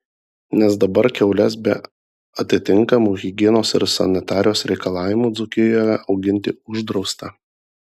nes dabar kiaules be atitinkamų higienos ir sanitarijos reikalavimų dzūkijoje auginti uždrausta